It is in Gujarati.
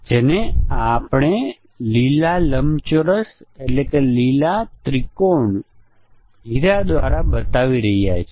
તે એક્ષ્પ્રેશન હંમેશા સાચી હોય છે